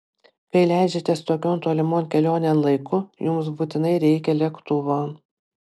kai leidžiatės tokion tolimon kelionėn laiku jums būtinai reikia lėktuvo